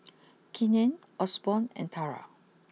Keenen Osborne and Tara